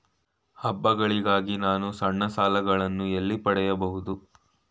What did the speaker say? ಹಬ್ಬಗಳಿಗಾಗಿ ನಾನು ಸಣ್ಣ ಸಾಲಗಳನ್ನು ಎಲ್ಲಿ ಪಡೆಯಬಹುದು?